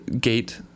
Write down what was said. gate